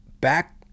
back